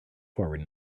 forward